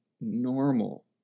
normal